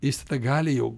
jis tegali jau